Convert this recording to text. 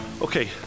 Okay